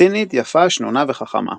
צינית, יפה, שנונה וחכמה.